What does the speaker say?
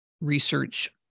research